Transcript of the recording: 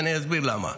ואני אסביר למה.